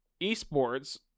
esports